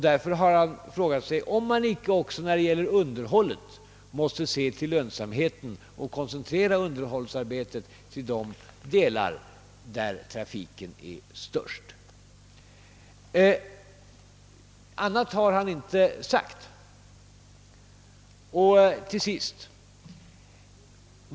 Därför har han frågat sig om man icke också när det gäller underhållet måste se till lönsamheten och koncentrera underhållsarbetet till de delar där trafiken är störst. Annat har han inte sagt.